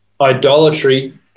Idolatry